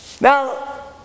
Now